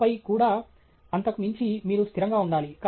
ఆపై కూడా అంతకు మించి మీరు స్థిరంగా ఉండాలి